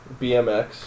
BMX